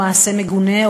או מעשה מגונה,